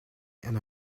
and